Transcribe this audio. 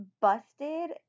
busted